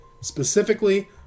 Specifically